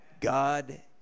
God